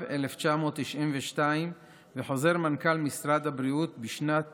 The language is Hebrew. התשנ"ב 1992, וחוזר מנכ"ל משרד הבריאות משנת